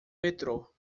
metrô